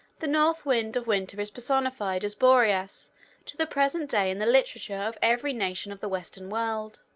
the north wind of winter is personified as boreas to the present day in the literature of every nation of the western world.